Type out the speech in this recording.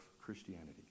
Christianity